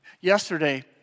Yesterday